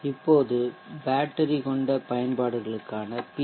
இப்போது பேட்டரி கொண்ட பயன்பாடுகளுக்கான பி